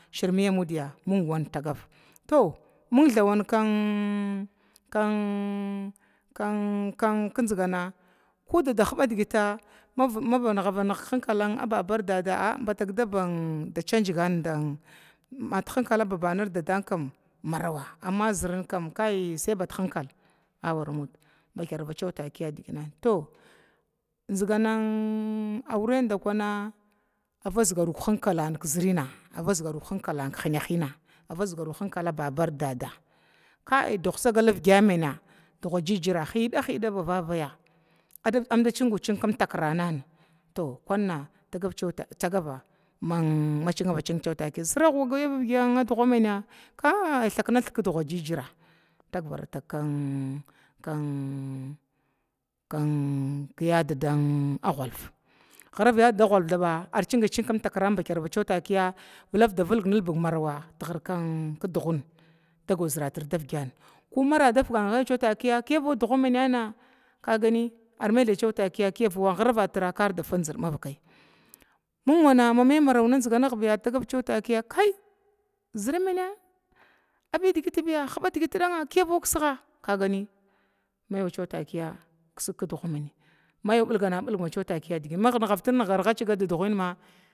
Shirmiya mudya mihwan tagava, to ming thawan kah kah kah kah zigana ko dada huba digita maba nagavanig hinkalana babar di dadda a batak daban ciggana dan maditaki tahinkala babana ar di daadan kam marava, amma zərin kam kai sai badhinkal awara muda amathima takiya awara muda, to ziganan auren dakuwa avazgaru hinkalan ki zərina vazgaru hinkali ki zərina vazgaru hinkali hinahina avazgaru hinkala babar di dada, kai dug sagal aoivga mina duga gigira hida hida ba vavaya amda cingu cing kimtakira nah, to kunna tagava cewa man civacin takiya zorah wa guyava əvga mina kai thaknathig kidga jijira tagvar tag kan kan kan girafa yadda hulf dada hulf thaba arcingu cing kim takirana takiya vilvda da vilga nilbi marawa tigir kidugna dago zorratir davgana, ko mara dafiga ki gaya takiya kiyavu duga mina na kagani ar mathy cewa takiya kiyavuwa giravatira kada fazid mankaya ming wana ma'maya maran ziganah biya ar tagana cewa takiya kai zəra mina, ammi digiti biya ammi huba digit daga kiyau kiskiga kagani mai wacewa takiya kissig kidgu mini mai wa bulgana bilgi ma nigav tir niga gaciga di duguna